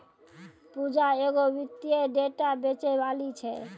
पूजा एगो वित्तीय डेटा बेचैबाली छै